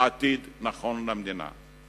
עתיד נכון למדינה.